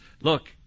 look